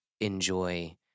enjoy